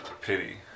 pity